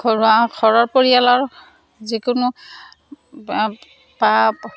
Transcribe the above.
ঘৰুৱা ঘৰৰ পৰিয়ালৰ যিকোনো বা